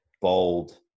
bold